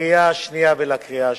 קריאה שנייה וקריאה שלישית.